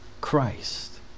Christ